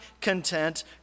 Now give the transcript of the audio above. content